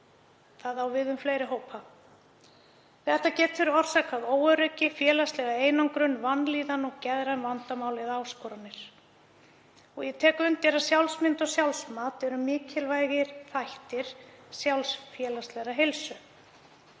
Það á við um fleiri hópa. Þetta getur orsakað óöryggi, félagslega einangrun, vanlíðan og geðræn vandamál eða áskoranir. Ég tek undir að sjálfsmynd og sjálfsmat eru mikilvægir þættir félagslegrar heilsu.